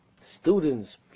students